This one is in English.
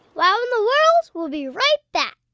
wow in the world will be right back.